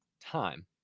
time